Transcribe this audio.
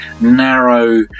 narrow